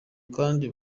kandi